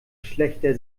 schlächter